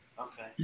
Okay